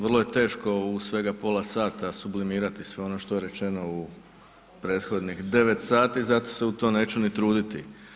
Vrlo je teško u svega pola sata sublimirati sve ono što je rečeno u prethodnih 9 sati, zato se u to neću ni truditi.